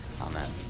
Amen